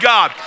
God